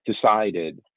decided